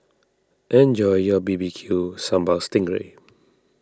enjoy your B B Q Sambal Sting Ray